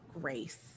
grace